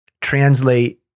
translate